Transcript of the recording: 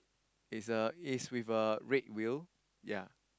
is a is with a red wheel yea